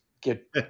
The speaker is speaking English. get